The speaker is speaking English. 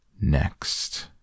Next